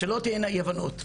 שלא תהיינה אי הבנות,